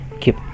Keep